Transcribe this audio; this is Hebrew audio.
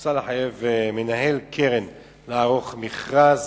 מוצע לחייב מנהל קרן לערוך מכרז